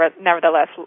nevertheless